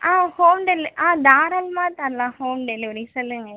ஆ home deli ஆ தாராளமாக தரலாம் ஹோம் டெலிவரி சொல்லுங்கள்